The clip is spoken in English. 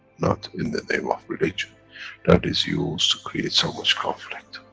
not in the name of religion that is used to create so much conflict,